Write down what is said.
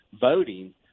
voting